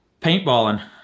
Paintballing